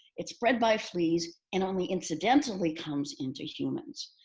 it's spread by fleas and only incidentally comes into humans.